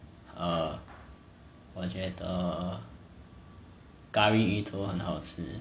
err 我觉得 curry 鱼头很好吃